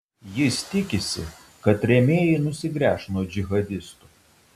jis tikisi kad rėmėjai nusigręš nuo džihadistų